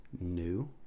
New